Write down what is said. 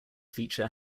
feature